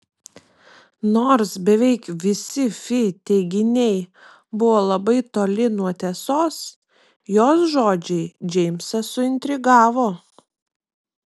nors beveik visi fi teiginiai buvo labai toli nuo tiesos jos žodžiai džeimsą suintrigavo